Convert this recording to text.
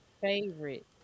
favorite